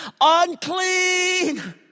unclean